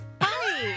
Hi